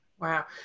Wow